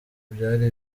byari